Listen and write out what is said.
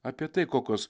apie tai kokios